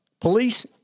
police